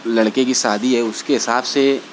لڑکے کی شادی ہے اس کے حساب سے